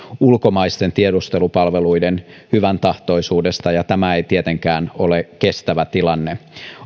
ulkomaisten tiedustelupalveluiden hyväntahtoisuudesta tämä ei tietenkään ole kestävä tilanne